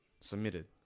Submitted